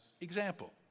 example